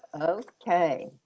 Okay